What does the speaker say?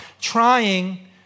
trying